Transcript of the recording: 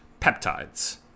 peptides